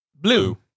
Blue